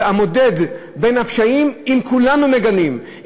המודד בין הפשעים, אם כולנו מגנים.